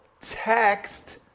text